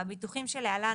הביטוחים שלהלן,